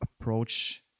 approach